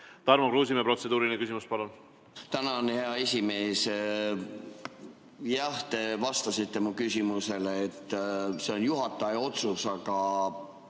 Tarmo Kruusimäe, protseduuriline küsimus, palun! Tänan, hea esimees! Jah, te vastasite mu küsimusele, et see on juhataja otsus. Aga